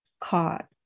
caught